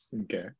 okay